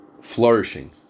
Flourishing